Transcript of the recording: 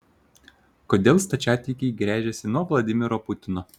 kodėl stačiatikiai gręžiasi nuo vladimiro putino